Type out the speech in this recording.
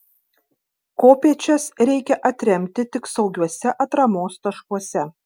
kopėčias reikia atremti tik saugiuose atramos taškuose